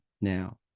now